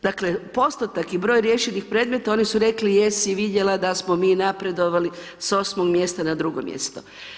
Dakle, postotak i broj riješenih predmeta, oni su rekli, jesi vidjela da smo mi napredovali s osmog mjesta na drugo mjesto.